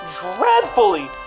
dreadfully